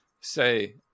say